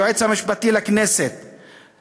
היועץ המשפטי לכנסת,